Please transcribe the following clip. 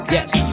Yes